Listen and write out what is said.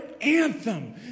anthem